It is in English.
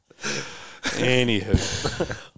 Anywho